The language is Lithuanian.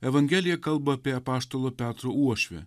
evangelija kalba apie apaštalo petro uošvę